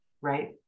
Right